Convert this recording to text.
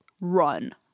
Run